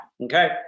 Okay